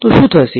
તો શું થશે